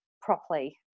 properly